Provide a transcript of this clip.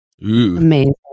Amazing